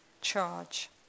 charge